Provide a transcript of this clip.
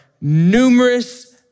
numerous